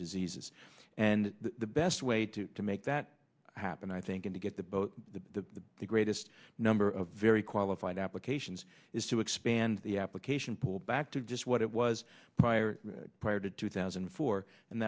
diseases and the best way to make that happen i think in to get the boat to the greatest number of very qualified applications is to expand the application pull back to just what it was prior prior to two thousand and four and